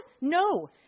No